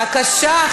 בבקשה,